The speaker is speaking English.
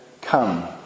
Come